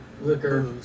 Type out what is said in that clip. Liquor